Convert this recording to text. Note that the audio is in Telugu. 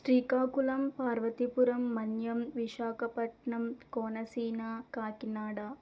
శ్రీకాకుళం పార్వతిపురం మన్యం విశాఖపట్నం కోనసీమ కాకినాడ